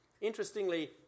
Interestingly